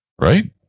Right